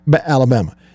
Alabama